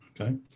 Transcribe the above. okay